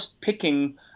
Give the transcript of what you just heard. picking